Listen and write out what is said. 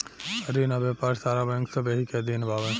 रिन आ व्यापार सारा बैंक सब एही के अधीन बावे